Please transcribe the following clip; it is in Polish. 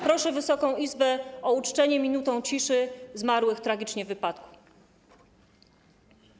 Proszę Wysoką Izbę o uczczenie minutą ciszy zmarłych tragicznie w wypadku.